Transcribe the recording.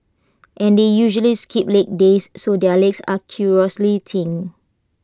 and they usually skip leg days so their legs are curiously thin